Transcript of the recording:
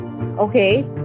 okay